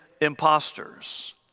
imposters